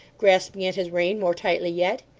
grasping at his rein more tightly yet,